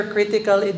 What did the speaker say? Critical